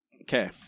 Okay